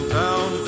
down